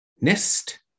Nest